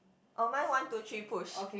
orh my one two three push